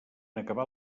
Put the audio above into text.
acabar